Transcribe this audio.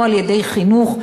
או על-ידי חינוך,